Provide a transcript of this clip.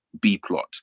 B-plot